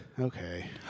okay